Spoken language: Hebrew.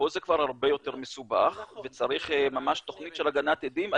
פה זה כבר הרבה יותר מסובך וצריך ממש תוכנית של הגנת עדים.